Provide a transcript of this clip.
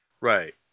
Right